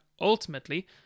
ultimately